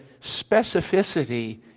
specificity